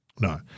No